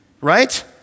right